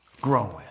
growing